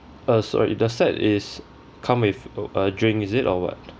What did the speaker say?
uh sorry the set is come with uh a drink is it or what